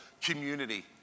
community